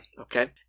Okay